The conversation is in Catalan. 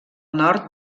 nord